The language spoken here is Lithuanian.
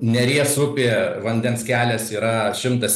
neries upė vandens kelias yra šimtas